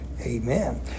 Amen